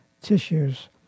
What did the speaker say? tissues